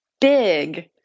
big